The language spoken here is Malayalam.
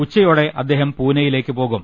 ഉച്ചയോടെ അദ്ദേഹം പൂനെയിലേക്ക് പോകും